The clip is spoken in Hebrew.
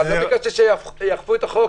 אבל אתה ביקשת שיאכפו את החוק,